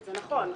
זה נכון.